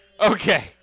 Okay